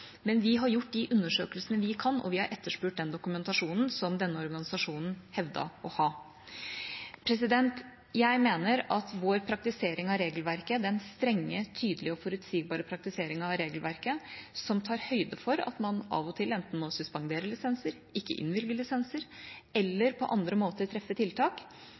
Men vi har gjort de undersøkelsene vi kan, og vi har etterspurt den dokumentasjonen som denne organisasjonen hevdet å ha. Jeg mener at vår praktisering av regelverket, den strenge, tydelige og forutsigbare praktiseringen av regelverket som tar høyde for at man av og til enten må suspendere lisenser, ikke innvilge lisenser eller på andre måter treffe tiltak,